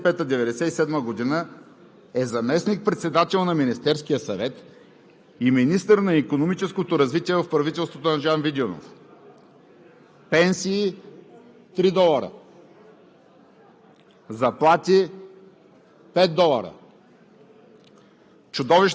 Румен Гечев. В периода 1995 – 1997 г. е заместник-председател на Министерския съвет и министър на икономическото развитие в правителството на Жан Виденов. Пенсии – 3 долара,